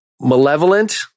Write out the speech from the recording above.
malevolent